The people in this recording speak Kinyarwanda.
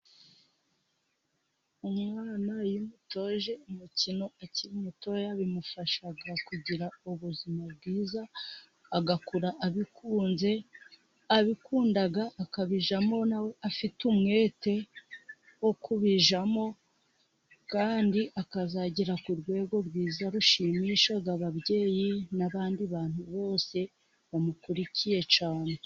Umwana iyo umutoje umukino akiri mutoya, bimufasha kugira ubuzima bwiza, agakura abikunze abikunda akabijyamo na we afite umwete wo kubijyamo, kandi akazagera ku rwego rwiza rushimisha ababyeyi n'abandi bantu bose bamukurikiye cyane.